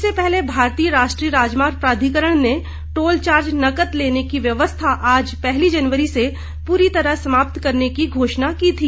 इससे पहले भारतीय राष्ट्रीय राजमार्ग प्राधिकरण ने टोल चार्ज नकद लेने की व्यवस्था आज पहली जनवरी से पूरी तरह समाप्त करने की घोषणा की थी